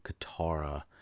katara